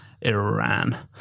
Iran